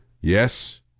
Yes